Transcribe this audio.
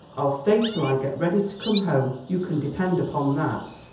i'll stay till i get ready to come home, you can depend upon that,